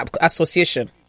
association